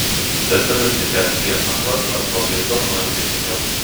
specialistai perspėja android vartotojus dėl naujo kenkėjo